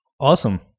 Awesome